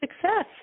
success